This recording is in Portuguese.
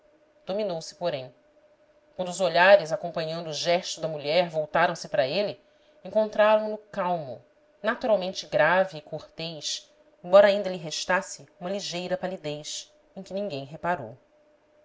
instante dominou se porém quando os olhares acompanhando o gesto da mulher voltaram se para ele encontraram no calmo naturalmente grave e cortês embora ainda lhe restasse uma ligeira palidez em que ninguém reparou